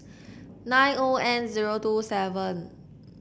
nine O N zero two seven